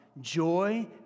joy